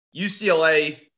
UCLA –